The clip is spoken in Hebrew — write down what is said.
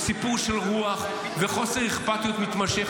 הוא סיפור של רוח וחוסר אכפתיות מתמשך.